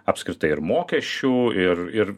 apskritai ir mokesčių ir ir